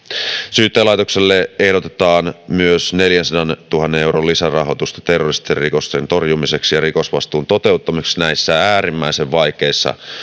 syyttäjälaitokselle ehdotetaan myös neljänsadantuhannen euron lisärahoitusta terroristirikosten torjumiseksi ja rikosvastuun toteuttamiseksi näissä äärimmäisen vaikeissa